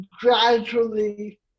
gradually